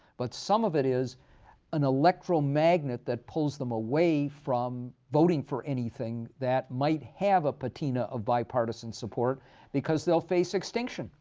but some of it is an electoral magnet that pulls them away from voting for anything that might have a patina of bipartisan support because they'll face extinction.